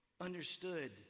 understood